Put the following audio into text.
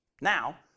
Now